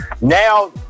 now